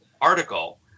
article